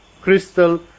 crystal